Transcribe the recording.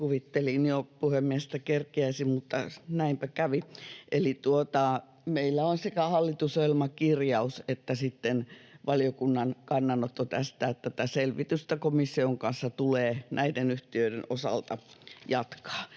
Kuvittelin jo, puhemies, että kerkiäisin, mutta näinpä kävi. — Eli meillä on sekä hallitusohjelmakirjaus että sitten valiokunnan kannanotto tästä, että tätä selvitystä komission kanssa tulee näiden yhtiöiden osalta jatkaa.